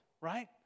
Right